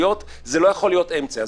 זה לא יכול להיות אמצע,